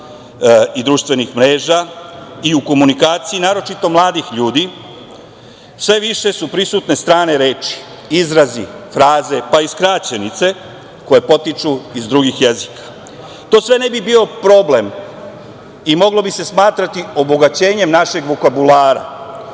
i društvenih mreža i u komunikaciji, naročito mladih ljudi, sve više su prisutne strane reči, izrazi, fraze, pa i skraćenice koje potiču iz drugih jezika. To sve ne bi bio problem i moglo bi se smatrati obogaćenjem našeg vokabulara,